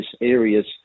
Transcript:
areas